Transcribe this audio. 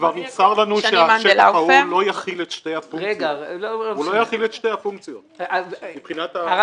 כבר נמסר לנו שהשטח ההוא לא יכיל את שתי הפונקציות מבחינת המטרה.